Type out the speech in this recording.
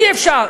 אי-אפשר.